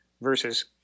versus